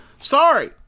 Sorry